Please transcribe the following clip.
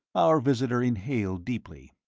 our visitor inhaled deeply.